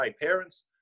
Parents